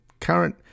current